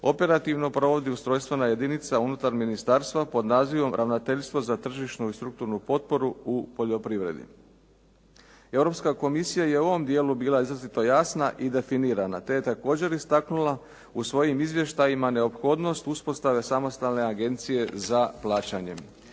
operativno provodi ustrojstvena jedinica unutar ministarstva pod nazivom Ravnateljstvo za tržišnu i strukturnu potporu u poljoprivredi. Europska komisija je u ovom dijelu bila izrazito jasna i definirana te je također istaknula u svojim izvještajima neophodnost uspostave samostalne agencije za plaćanje.